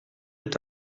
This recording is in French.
est